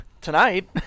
tonight